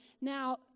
Now